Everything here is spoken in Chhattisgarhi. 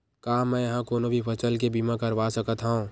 का मै ह कोनो भी फसल के बीमा करवा सकत हव?